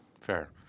fair